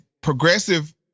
progressive